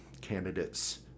candidates